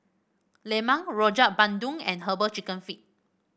lemang Rojak Bandung and herbal chicken feet